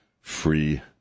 free